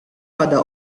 pada